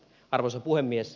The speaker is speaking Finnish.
arvoisa puhemies